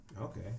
Okay